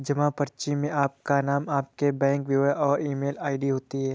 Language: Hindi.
जमा पर्ची में आपका नाम, आपके बैंक विवरण और ईमेल आई.डी होती है